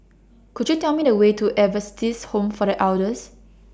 Could YOU Tell Me The Way to Adventist Home For The Elders